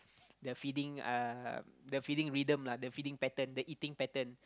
the feeding uh the feeding rhythm lah the feeding pattern the eating pattern